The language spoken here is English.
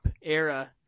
era